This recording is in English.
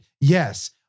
yes